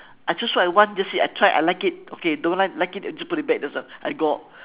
I choose what I want that's it I try I like it okay don't like like it just put it back that's all I go out